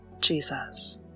Jesus